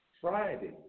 Friday